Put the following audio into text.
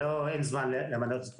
אין כעת זמן למנות את כולן,